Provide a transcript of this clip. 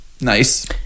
Nice